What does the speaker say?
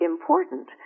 important